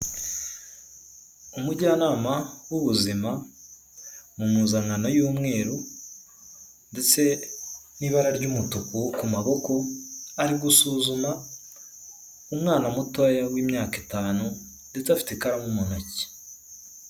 Umujyanama w'ubuzima mumpuzankano y'umweru, ndetse n'ibara ry'umutuku ku maboko, ari gusuzuma umwana mutoya w'imyaka itanu, ndetse afite ikaramu mu ntoki.